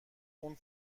اون